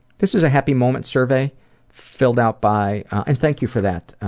this is a happy moment survey filled out by, and thank you for that